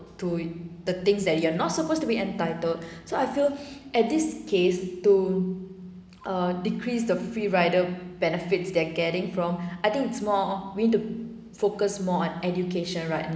to the things that you're not supposed to be entitled so I feel at this case to uh decrease the free rider benefits they're getting from I think it's more we need to focus more on education right